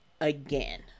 again